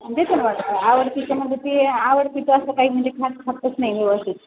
देते वाटतं आहे आवडीचं म्हणजे ती आवडीचं असं काही म्हणजे खातच नाही व्यवस्थित